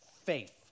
faith